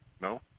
No